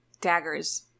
daggers